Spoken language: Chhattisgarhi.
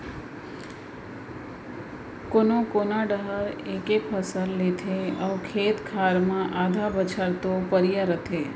कोनो कोना डाहर एके फसल लेथे अउ खेत खार मन आधा बछर तो परिया रथें